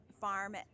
farm